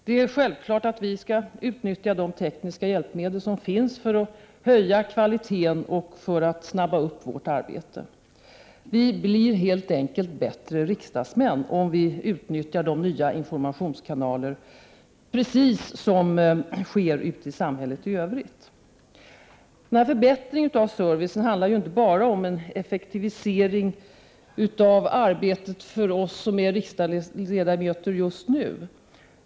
Det är självklart att vi skall utnyttja de tekniska hjälpmedel som finns för att höja kvaliteten på och effektivisera vårt arbete. Vi blir helt enkelt bättre riksdagsmän, om vi utnyttjar de nya informationskanalerna, precis som det sker ute i samhället i övrigt. Denna förbättring av servicen handlar inte bara om en effektivisering av arbetet för oss som redan är riksdagsledamöter.